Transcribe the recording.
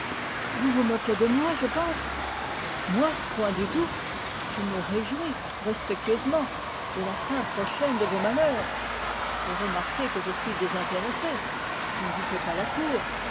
vous vous moquez de moi je pense point du tout je me réjouis respectueusement de la fin prochaine de vos malheurs et remarquez que je suis désintéressé je ne vous fais pas la cour